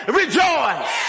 rejoice